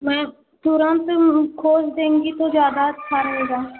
ma'am तुरंत खोज देंगी तो ज़्यादा अच्छा रहेगा